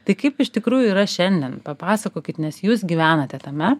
tai kaip iš tikrųjų yra šiandien papasakokit nes jūs gyvenate tame